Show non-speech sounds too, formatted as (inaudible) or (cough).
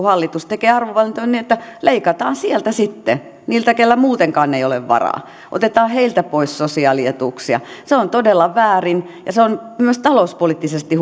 (unintelligible) hallitus tekee arvovalintoja niin että leikataan sieltä sitten niiltä keillä muutenkaan ei ole varaa otetaan heiltä pois sosiaalietuuksia se on todella väärin ja on myös talouspoliittisesti (unintelligible)